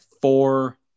four